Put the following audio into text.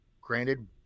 Granted